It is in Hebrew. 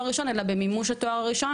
הראשון אלא גם במימוש התואר הראשון,